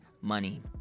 money